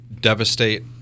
devastate